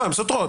הן סותרות.